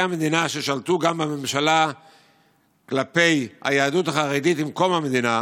המדינה ששלטו גם בממשלה כלפי היהדות החרדית עם קום המדינה,